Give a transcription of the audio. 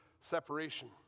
separation